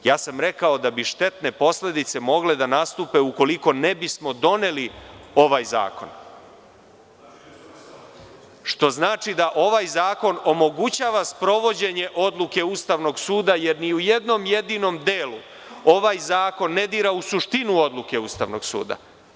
Ja sam rekao da bi štetne posledice mogle da nastupe ukoliko ne bismo doneli ovaj zakon, što znači da ovaj zakon omogućava sprovođenje odluke Ustavnog suda, jer ni u jednom jedinom delu ovaj zakon ne dira u suštinu odluke Ustavnog suda.